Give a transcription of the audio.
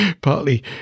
partly